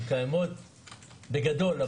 הן קיימות בגדול,